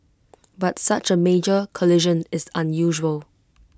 but such A major collision is unusual